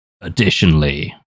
additionally